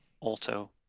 auto